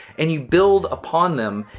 and you build upon them,